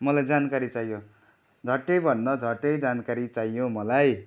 मलाई जानकारी चाहियो झट्टैभन्दा झट्टै जानकारी चाहियो मलाई